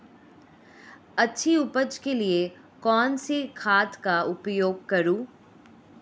अच्छी उपज के लिए कौनसी खाद का उपयोग करूं?